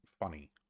Funny